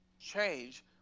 change